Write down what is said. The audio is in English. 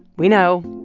we know.